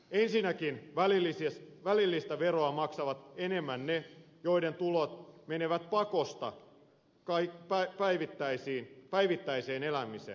ensinnäkin välillistä veroa maksavat enemmän ne joiden tulot menevät pakosta päivittäiseen elämiseen